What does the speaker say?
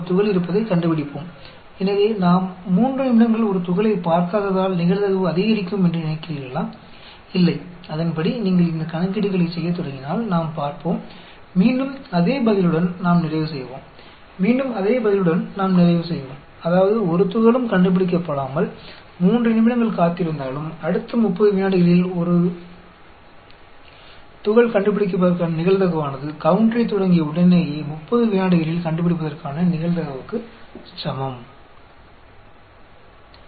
तदनुसार यदि आप इन गणनाओं को करना शुरू करते हैं तो हम देखेंगे कि हम फिर से उसी उत्तर पर समाप्त हो जाएंगे हम एक ही उत्तर पर फिर से समाप्त हो जाएंगे जिसका अर्थ है एक कण का पता लगाए बिना 3 मिनट तक इंतजार करने के बाद भी अगले 30 सेकंड में कटौती की प्रोबेबिलिटी काउंटर शुरू होने के तुरंत बाद 30 सेकंड में कटौती की प्रोबेबिलिटी के समान है